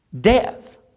death